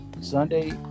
Sunday